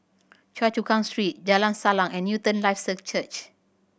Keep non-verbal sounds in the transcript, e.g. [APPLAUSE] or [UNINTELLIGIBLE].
Choa Chu Kang Street Jalan Salang and Newton Life [UNINTELLIGIBLE] Church